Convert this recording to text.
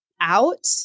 out